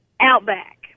Outback